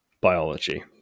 biology